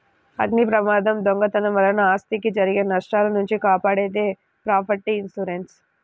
అగ్నిప్రమాదం, దొంగతనం వలన ఆస్తికి జరిగే నష్టాల నుంచి కాపాడేది ప్రాపర్టీ ఇన్సూరెన్స్